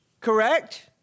correct